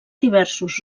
diversos